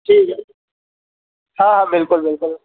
ठीकु आहे हा हा बिल्कुलु बिल्कुलु